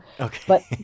Okay